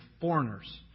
foreigners